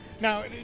Now